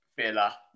Villa